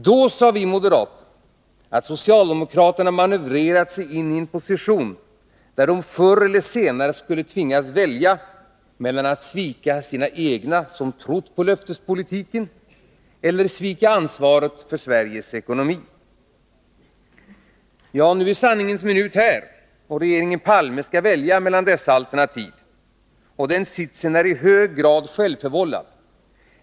Då sade vi moderater att socialdemokraterna manövrerat sig in i en position, där de förr eller senare skulle tvingas välja mellan att svika sina egna, som trott på löftespolitiken, eller svika ansvaret för Sveriges ekonomi. Ja, nu är sanningens minut här, och regeringen Palme skall välja mellan dessa alternativ. Den sitsen är i hög grad självförvållad.